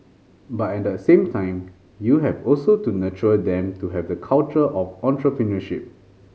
but at the same time you have also to nurture them to have the culture of entrepreneurship